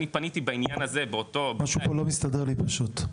אני פניתי בעניין הזה --- משהו פה לא מסתדר לי פשוט.